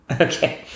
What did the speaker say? Okay